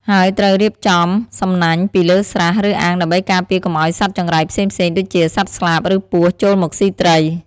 ហើយត្រូវរៀបចំសំណាញ់ពីលើស្រះ ឬអាងដើម្បីការពារកុំឲ្យសត្វចង្រៃផ្សេងៗ ដូចជាសត្វស្លាប ឬពស់ ចូលមកស៊ីត្រី។